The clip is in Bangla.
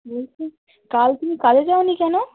বলছি কাল তুমি কাজে যাও নি কেন